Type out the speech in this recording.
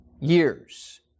years